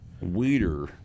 weeder